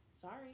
Sorry